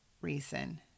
reason